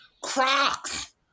Crocs